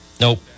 nope